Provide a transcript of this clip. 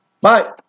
Bye